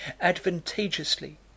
advantageously